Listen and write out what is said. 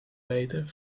weten